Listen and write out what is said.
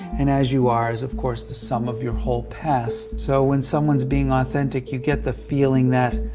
and as you are, is, of course, the sum of your whole past. so when someone's being authentic, you get the feeling that